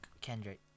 Kendrick